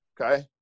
Okay